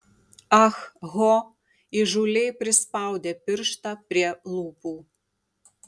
ah ho įžūliai prispaudė pirštą prie lūpų